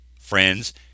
friends